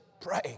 Pray